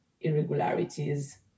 irregularities